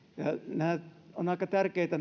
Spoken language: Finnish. nämä suunnat ovat aika tärkeitä